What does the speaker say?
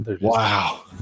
Wow